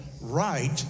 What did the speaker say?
right